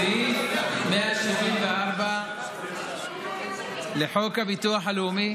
סעיף 174 לחוק הביטוח הלאומי,